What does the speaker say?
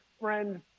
friend